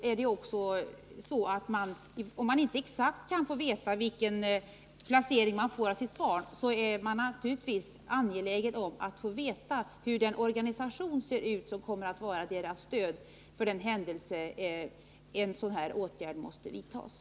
Om föräldrarna inte exakt kan få veta vilken placering de får för sina barn är de naturligtvis angelägna om att få veta hur den organisation ser ut som kommer att vara deras stöd, för den händelse en sådan här åtgärd måste vidtagas.